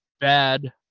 bad